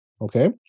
Okay